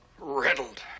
riddled